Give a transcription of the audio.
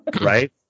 right